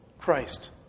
Christ